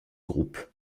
groupe